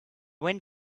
wind